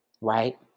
right